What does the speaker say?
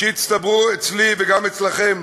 שהצטברו אצלי, וגם אצלכם.